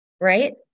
Right